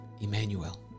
Emmanuel